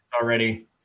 already